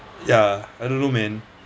ya I don't know man